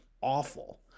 awful